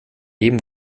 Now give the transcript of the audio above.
jedem